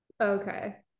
okay